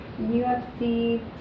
UFC